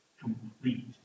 complete